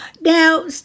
Now